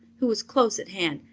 who was close at hand.